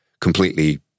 completely